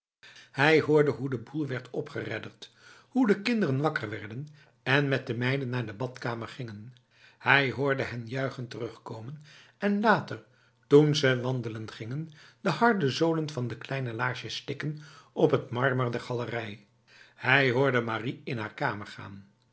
hij hoorde hoe de boel werd opgeredderd hoe de kinderen wakker werden en met de meiden naar de badkamer gingen hij hoorde hen juichend terugkomen en later toen ze wandelen gingen de harde zolen van de kleine laarsjes tikken op het marmer der galerij hij hoorde marie in haar kamer